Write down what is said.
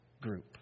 group